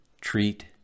Treat